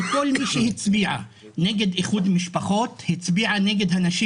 כל מי שהצביעה נגד חוק זה הצביעה נגד הנשים